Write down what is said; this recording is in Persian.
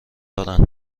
دارند